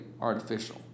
artificial